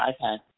iPad